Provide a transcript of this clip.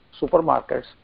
supermarkets